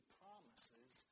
promises